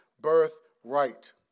birthright